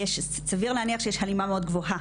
סביר להניח שיש הלימה מאוד גבוהה,